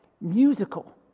musical